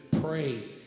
pray